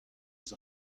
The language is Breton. eus